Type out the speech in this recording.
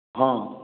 हँ